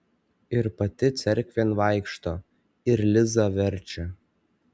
ir pati cerkvėn vaikšto ir lizą verčia